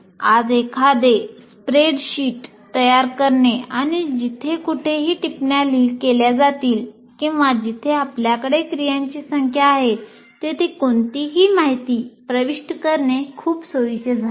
आज एखादे स्प्रेडशीट तयार करणे आणि जिथे कुठेही टिप्पण्या केल्या जातील किंवा जिथे आपल्याकडे क्रियांची संख्या आहे तेथे कोणतीही माहिती प्रविष्ट करणे खूप सोयीचे झाले आहे